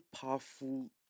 powerful